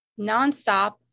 nonstop